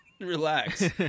Relax